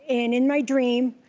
and in my dream,